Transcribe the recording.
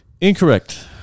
incorrect